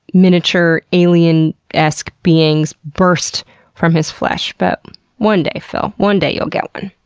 miniature, alien esque beings burst from his flesh. but one day, phil. one day you'll get one.